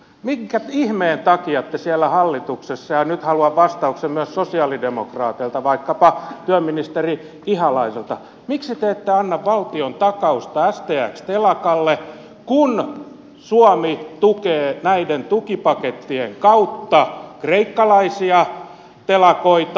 minkä ihmeen takia te siellä hallituksessa ja nyt haluan vastauksen myös sosialidemokraateilta vaikkapa työministeri ihalaiselta ette anna valtiontakausta stx telakalle kun suomi tukee näiden tukipakettien kautta kreikkalaisia telakoita